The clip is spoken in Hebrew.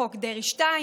חוק דרעי 2,